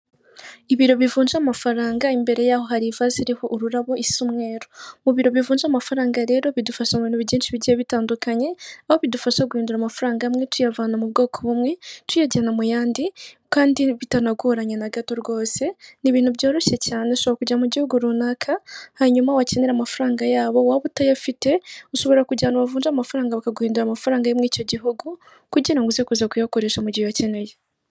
Ibiro bivunja amafaranga imbere y'aho hari ivaze iriho ururabo rusa umweru. Mu biro bivunja amafaranga rero bidufasha mu bintu byinshi bigiye bitandukanye, aho bidufasha guhindura amafaranga amwe tuyavana mu bwoko bumwe tuyajyana mu yandi kandi bitanagoranye na gato rwose ni ibintu byoroshye cyane. Ushobora kujya mu gihugu runaka hanyuma wakenera amafaranga yabo waba utayafite ushobora kujya ahantu bavunja amafaranga bakaguhindura amafaranga yo mu icyo gihugu kugira ngo uze kuza kuyakoresha mu gihe uyakeneye.